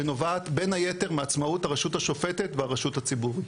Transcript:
ונובעת בין היתר מעצמאות הרשות השופטת והרשות הציבורית,